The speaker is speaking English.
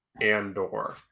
Andor